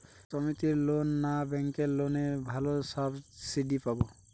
সমিতির লোন না ব্যাঙ্কের লোনে ভালো সাবসিডি পাব?